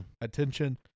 attention